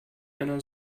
einer